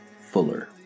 Fuller